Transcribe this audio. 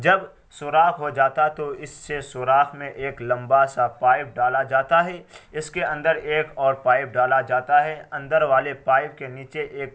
جب سوراخ ہو جاتا تو اس سے سوراخ میں ایک لمبا سا پائپ ڈالا جاتا ہے اس کے اندر ایک اور پائپ ڈالا جاتا ہے اندر والے پائپ کے نیچے ایک